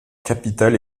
capitale